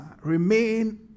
remain